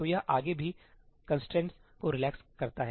तो यह आगे भी कंस्ट्रेंट्स को रिलैक्स करता है